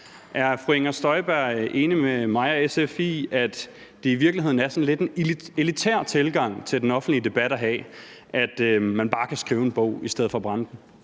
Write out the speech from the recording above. Er fru Inger Støjberg enig med mig og SF i, at det i virkeligheden er en sådan lidt elitær tilgang til den offentlige debat at sige, at man bare kan skrive en bog i stedet for at brænde den?